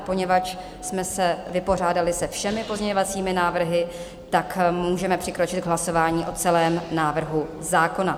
Poněvadž jsme se vypořádali se všemi pozměňovacími návrhy, můžeme přikročit k hlasování o celém návrhu zákona.